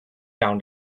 down